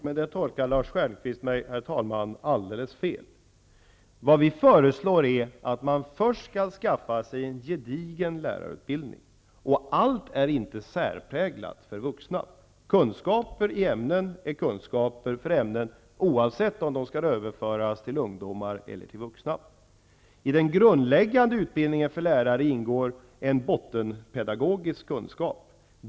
Herr talman! Lars Stjernkvist tolkar mig alldeles fel. Vad vi föreslår är att man först skall skaffa sig en gedigen lärarutbildning. Allt är inte särpräglat för vuxna. Kunskaper i ämnen är så att säga kunskaper i ämnen, oavsett om de skall överföras till ungdomar eller till vuxna. I den grundläggande utbildningen för lärare ingår en bottenpedagogisk kunskap.